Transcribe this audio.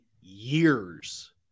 years